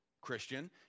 Christian